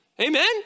amen